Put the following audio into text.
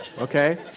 okay